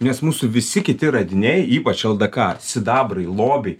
nes mūsų visi kiti radiniai ypač ldk sidabrai lobiai